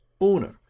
owner